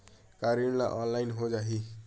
का ऋण ह ऑनलाइन हो जाही?